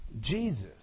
Jesus